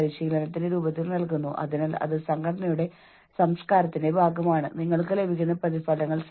പരിതസ്ഥിതി നിങ്ങൾക്ക് നൽകുന്നുതിനെ മനസ്സിലാക്കുന്നതിനോടുള്ള നിങ്ങളുടെ പ്രതികരണമാണ് ഇത്